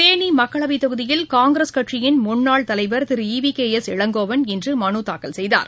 தேளிமக்களவைத் தொகுதியில் காங்கிரஸ் கட்சியின் முன்னாள் தலைவர் திருாவிகே எஸ் இளங்கோவன் இன்றுமனுத் தாக்கல் செய்தார்